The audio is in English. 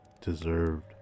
deserved